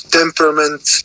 temperament